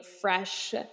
fresh